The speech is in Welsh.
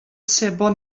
sebon